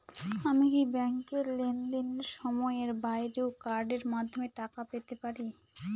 আমি কি ব্যাংকের লেনদেনের সময়ের বাইরেও কার্ডের মাধ্যমে টাকা পেতে পারি?